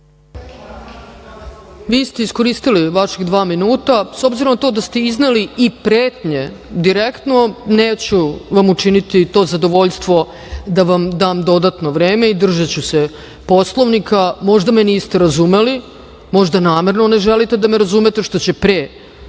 Vi ste iskoristili vaših dva minuta.S obzirom na to da ste izneli i pretnje direktno, neću vam učiniti to zadovoljstvo da vam dam dodatno vreme i držaću se Poslovnika. Možda me niste razumeli, možda namerno ne želite da me razumete, što će pre biti